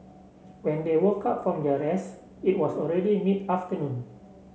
when they woke up from their rest it was already mid afternoon